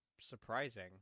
Surprising